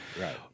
right